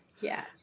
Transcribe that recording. yes